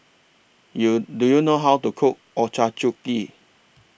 YOU Do YOU know How to Cook Ochazuke